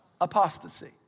Apostasy